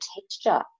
texture